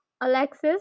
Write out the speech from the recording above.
Alexis